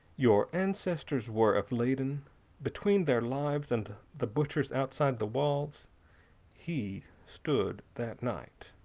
your ancestors were of leyden between their lives and the butchers outside the walls he stood that night.